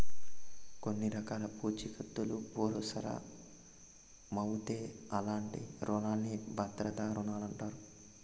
కొన్ని రకాల పూఛీకత్తులవుసరమవుతే అలాంటి రునాల్ని భద్రతా రుణాలంటారు